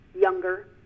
younger